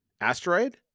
asteroid